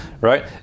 right